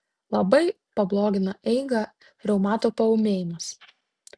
labai pablogina eigą reumato paūmėjimas